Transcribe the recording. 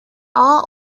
all